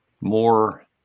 more